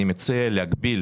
אני מציע להגביל